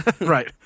Right